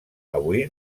avui